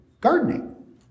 Gardening